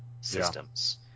systems